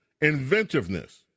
inventiveness